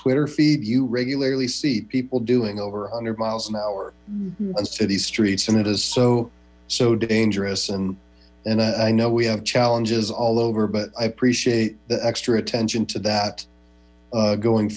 twitter feed you regularly see people doing over a hundred miles an hour on city streets and it is so so dangerous and and i know we have challenges all over but i appreciate the extra attention to that going